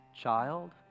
child